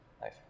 Nice